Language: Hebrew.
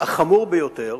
החמור ביותר